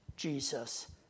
Jesus